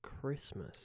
Christmas